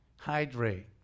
Hydrate